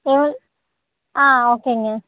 எவ் ஆ ஓகேங்க